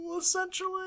essentially